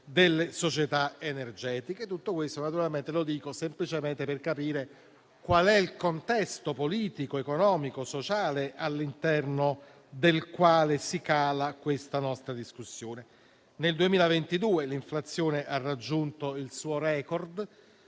delle società energetiche. Tutto questo lo dico semplicemente per capire qual è il contesto politico, economico e sociale all'interno del quale si cala la nostra discussione. Nel 2022 l'inflazione ha raggiunto il suo *record*